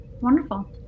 Wonderful